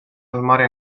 calmare